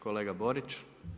Kolega Borić.